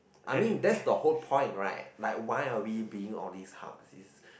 I mean that's the whole point right like why are we being all these hubs